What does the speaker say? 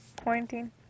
quarantine